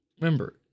Remember